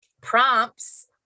prompts